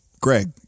Greg